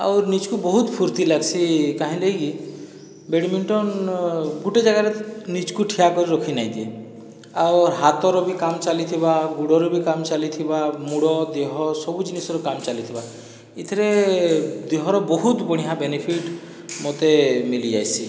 ଆଉର୍ ନିଜକୁ ବହୁତ ଫୁର୍ତ୍ତି ଲାଗ୍ସି କାହିଁ ଲାଗି ବେଡ଼ମିଟନ ଗୋଟିଏ ଜାଗାରେ ନିଜକୁ ଠିଆକରି ରଖି ନାହିଁ ଦିଏ ଆଉର୍ ହାତରେ ବି କାମ ଚାଲିଥିବା ଗୁଡ଼ର ବି କାମ ଚାଲିଥିବା ମୁଣ୍ଡ ଦେହ ସବୁ ଜିନିଷ୍ର କାମ ଚାଲିଥିବା ଏଥିରେ ଦେହର ବହୁତ ବଢ଼ିଆ ବେନିଫିଟ ମୋତେ ମିଲିଆଇସି